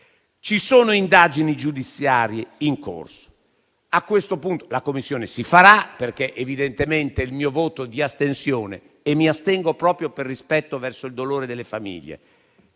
Ci sono indagini giudiziarie in corso. A questo punto la Commissione si farà, perché evidentemente il mio voto è di astensione: e mi astengo proprio per rispetto verso il dolore delle famiglie.